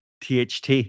THT